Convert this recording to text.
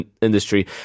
industry